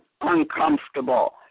uncomfortable